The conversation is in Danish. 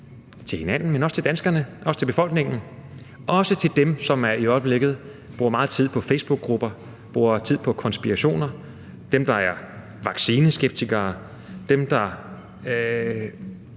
til hinanden, men også til danskerne, til befolkningen og også til dem, som i øjeblikket bruger meget tid på facebookgrupper, bruger tid på konspirationer, dem, der er vaccineskeptikere, dem, der